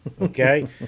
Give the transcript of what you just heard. Okay